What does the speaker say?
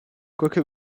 quoique